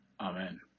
amen